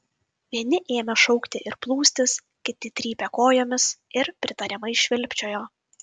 vieni ėmė šaukti ir plūstis kiti trypė kojomis ir pritariamai švilpčiojo